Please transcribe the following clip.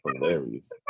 Hilarious